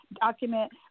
document